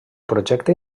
projecte